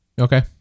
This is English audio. Okay